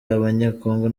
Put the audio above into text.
abanyekongo